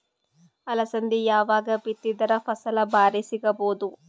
ಅಲಸಂದಿ ಯಾವಾಗ ಬಿತ್ತಿದರ ಫಸಲ ಭಾರಿ ಸಿಗಭೂದು?